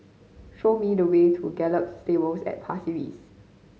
show me the way to Gallop Stables at Pasir Ris